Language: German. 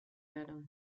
werde